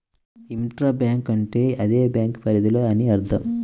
intra bank అంటే అదే bank పరిధిలో అని అర్థం